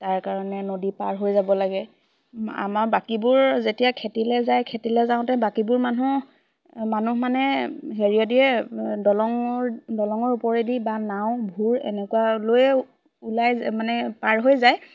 তাৰ কাৰণে নদী পাৰ হৈ যাব লাগে আমাৰ বাকীবোৰ যেতিয়া খেতিলে যায় খেতিলে যাওঁতে বাকীবোৰ মানুহ মানুহ মানে হেৰিয় দিয়ে দলঙৰ দলঙৰ ওপৰেদি বা নাও ভোৰ এনেকুৱা লৈয়ে ওলাই মানে পাৰ হৈ যায়